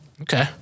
Okay